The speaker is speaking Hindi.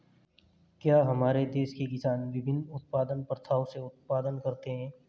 क्या हमारे देश के किसान विभिन्न उत्पादन प्रथाओ से उत्पादन करते हैं?